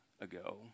ago